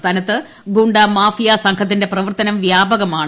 സംസ്ഥാനത്ത് ഗുണ്ട മാഫിയ സംഘത്തിന്റെ പ്രവർത്തനം വ്യാപകമാണ്